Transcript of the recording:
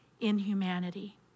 inhumanity